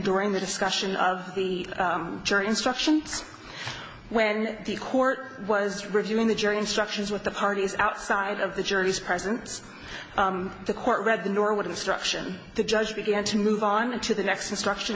during the discussion of the jury instructions when the court was reviewing the jury instructions with the parties outside of the jury's presence the court read the norwood instruction the judge began to move on to the next instruction